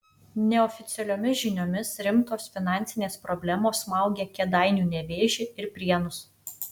neoficialiomis žiniomis rimtos finansinės problemos smaugia kėdainių nevėžį ir prienus